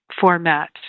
format